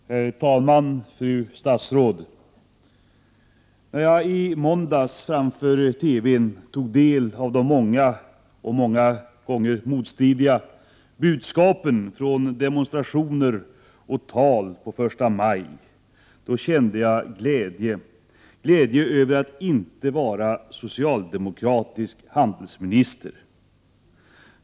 Herr talman, fru statsråd! När jag i måndags framför TV tog del av de många — och många gånger motstridiga — budskapen från demonstrationer och tal på 1 maj, kände jag glädje över att inte vara socialdemokratisk handelsminister.